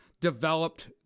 developed